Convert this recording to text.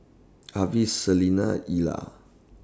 Avis Selina Ila